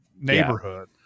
neighborhood